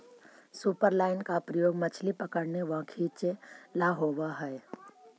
superline का प्रयोग मछली पकड़ने व खींचे ला होव हई